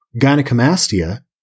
gynecomastia